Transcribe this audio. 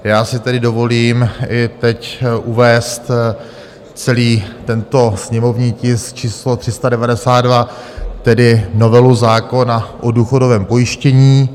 Já si tedy dovolím i teď uvést celý tento sněmovní tisk číslo 392, tedy novelu zákona o důchodovém pojištění.